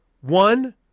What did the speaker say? one